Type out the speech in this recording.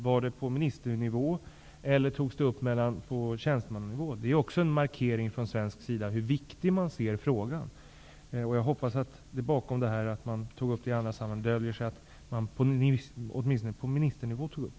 Var det på ministernivå eller på tjänstemmannanivå? Det här är nämligen en markering från svensk sida om hur viktig man anser att frågan är. Jag hoppas att det bakom formuleringen ''aktualiserades den i andra sammanhang'' döljer sig det faktum att man tog upp frågan på ministernivå.